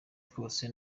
twose